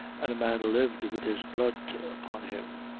and a man lived with his blood upon him.